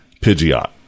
Pidgeot